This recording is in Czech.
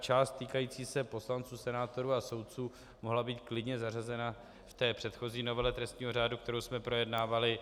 Část týkající se poslanců, senátorů a soudců, mohla být klidně zařazena v té předchozí novele trestního řádu, kterou jsme projednávali.